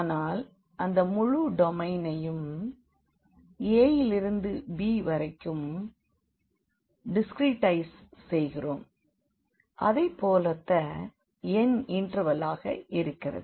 ஆனால் அந்த முழு டொமைனையும் a விலிருந்து b வரைக்கும் டிஸ்க்ரிடைஸ் செய்கிறோம் அதைபோலொத்த n இண்டர்வெலாக இருக்கிறது